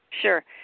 Sure